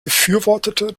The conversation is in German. befürwortete